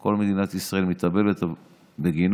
שכל מדינת ישראל מתאבלת עליו.